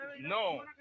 no